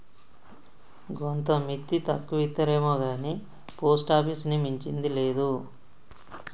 గోంత మిత్తి తక్కువిత్తరేమొగాని పోస్టాపీసుని మించింది లేదు